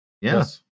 Yes